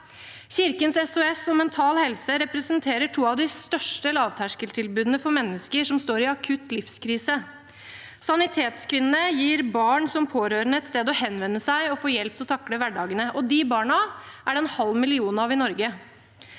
Kirkens SOS representerer de to største lavterskeltilbudene for mennesker i akutte livskriser.» Sanitetskvinnene gir barn som er pårørende, et sted å henvende seg og få hjelp til å takle hverdagene. De barna er det en halv million av i Norge.